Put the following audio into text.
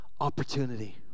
opportunity